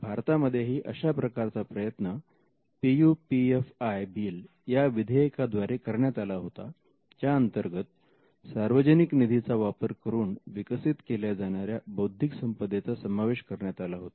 भारतामध्येही अशा प्रकारचा प्रयत्न PUPFIP bill या विधेयकाद्वारे करण्यात आला होता ज्या अंतर्गत सार्वजनिक निधीचा वापर करून विकसित केल्या जाणाऱ्या बौद्धिक संपदेचा समावेश करण्यात आला होता